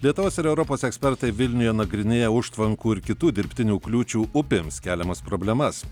lietuvos ir europos ekspertai vilniuje nagrinėja užtvankų ir kitų dirbtinių kliūčių upėms keliamas problemas